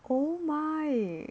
oh my